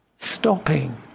Stopping